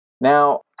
Now